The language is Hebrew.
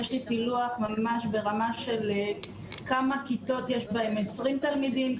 יש לי פילוח ממש ברמה של כמה כיתות יש בהן 20 תלמידים,